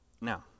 Now